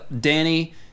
Danny